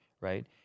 right